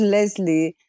Leslie